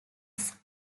risk